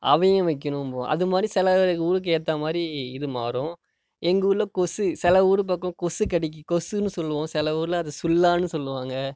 அவையம் வைக்கணும்போம் அது மாதிரி சில ஊருக்கு ஏற்ற மாதிரி இதுமாறும் எங்கள் ஊரில் கொசு சில ஊரில் பக்கம் கொசு கடிக்கு கொசுன்னு சொல்லுவோம் சில ஊரில் அதை சுள்ளான்னு சொல்லுவாங்க